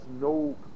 no